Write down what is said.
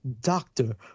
doctor